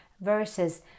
versus